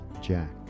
Jack